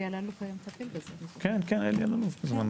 זה היה בזמנו